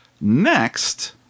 Next